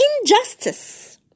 injustice